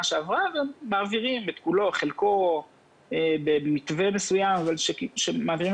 שעברה ומעבירים את כולו או את חלקו במתווה מסוים לארגונים.